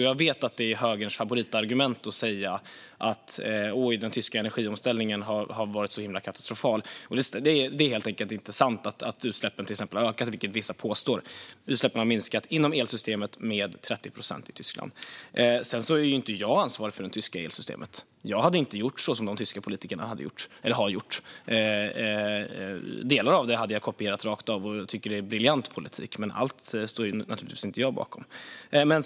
Jag vet att det är högerns favoritargument att säga att den tyska energiomställningen har varit katastrofal, men det är helt enkelt inte sant att utsläppen har ökat, som vissa påstår. Utsläppen inom elsystemet har minskat med 30 procent i Tyskland. Sedan är ju inte jag ansvarig för det tyska elsystemet. Jag hade inte gjort som de tyska politikerna. Delar av det hade jag kopierat rakt av - jag tycker att det är briljant politik - men jag står naturligtvis inte bakom allt.